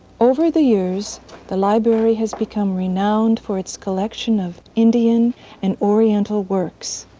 over the years the library has become renouned for it's collection of indian and oriental works,